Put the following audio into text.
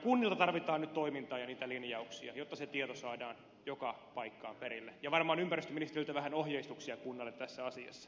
kunnilta tarvitaan nyt toimintaa ja linjauksia jotta tieto saadaan joka paikkaan perille ja varmaan ympäristöministeriöltä vähän ohjeistuksia kunnalle tässä asiassa